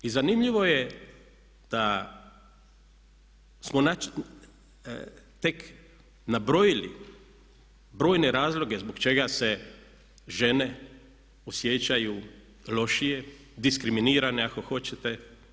I zanimljivo je da smo tek nabrojili brojne razloge zbog čega se žene osjećaju lošije, diskriminirane ako hoćete.